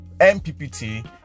mppt